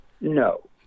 No